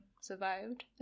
survived